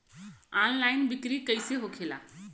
Online बिक्री कैसे होखेला?